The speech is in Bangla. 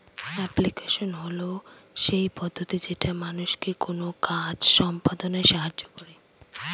এপ্লিকেশন হল সেই পদ্ধতি যেটা মানুষকে কোনো কাজ সম্পদনায় সাহায্য করে